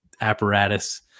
apparatus